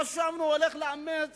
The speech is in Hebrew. חשבנו, הוא הולך לאמץ